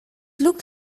looked